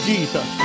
Jesus